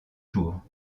jours